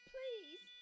Please